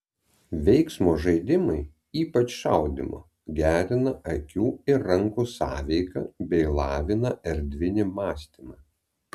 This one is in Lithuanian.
veiksmo žaidimai ypač šaudymo gerina akių ir rankų sąveiką bei lavina erdvinį mąstymą